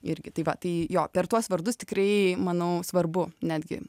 irgi tai va tai jo per tuos vardus tikrai manau svarbu netgi